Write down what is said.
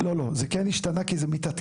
לא, לא, זה כן השתנה, כי זה מתעדכן.